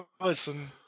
listen